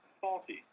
faulty